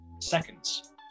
seconds